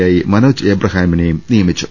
യായി മനോജ് എബ്രഹാമിനെയും നിയമിച്ചു